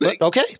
Okay